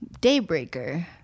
Daybreaker